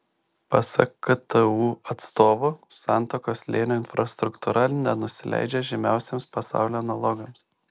pasak ktu atstovų santakos slėnio infrastruktūra nenusileidžia žymiausiems pasaulio analogams